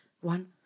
one